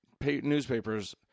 newspapers